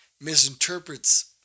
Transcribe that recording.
misinterprets